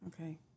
Okay